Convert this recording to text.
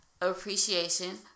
appreciation